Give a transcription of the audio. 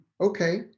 okay